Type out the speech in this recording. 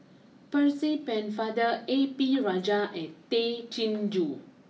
Percy Pennefather A P Rajah and Tay Chin Joo